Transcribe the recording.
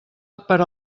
per